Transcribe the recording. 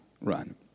run